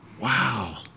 Wow